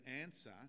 answer